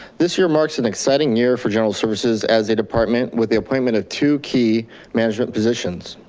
this year marks an exciting year for general services as a department with the appointment of two key managment positions.